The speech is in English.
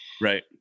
right